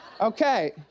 okay